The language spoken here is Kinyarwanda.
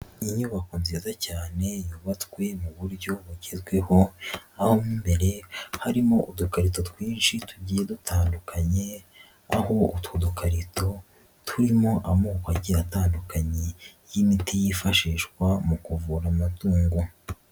Inyubako nziza cyane yubatswe mu buryo bugezweho aho mu imbere harimo udukarito twinshi tugiye dutandukanye aho utwo dukarito turimo amoko agiye atandukanye y'imiti yifashishwa mu kuvura amatungo.